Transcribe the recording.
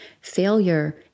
Failure